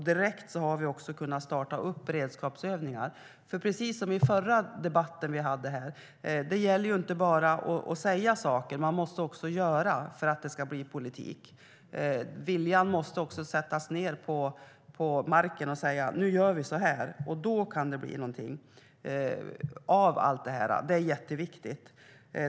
Direkt har det också startats upp beredskapsövningar. Precis som sas i förra debatten gäller det ju inte bara att säga saker, utan man måste också göra något för att det ska bli politik. Viljan måste finnas, och vi måste säga att nu gör vi så. Då kan det bli någonting av det hela. Det är jätteviktigt.